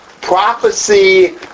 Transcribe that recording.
prophecy